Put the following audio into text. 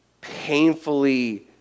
painfully